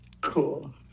Cool